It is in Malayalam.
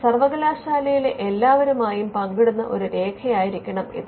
സർവ്വകലാശാലയിലെ എല്ലാവരുമായും പങ്കിടുന്ന ഒരു രേഖയായിരിക്കും ഇത്